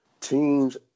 teams